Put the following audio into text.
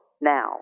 now